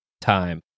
time